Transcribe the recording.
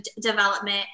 development